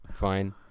Fine